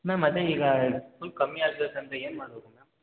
ma'am ಅದೆ ಈಗ full ಕಮ್ಮಿ ಆಗ್ಬೇಕಂದರೆ ಏನು ಮಾಡಬೇಕು ಮ್ಯಾಮ್